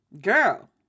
Girl